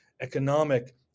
economic